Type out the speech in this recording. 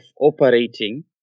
operating